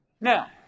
Now